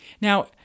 Now